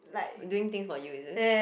doing things for you is it